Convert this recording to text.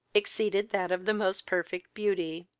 exceeded that of the most perfect beauty.